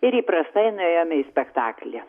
ir įprastai nuėjome į spektaklį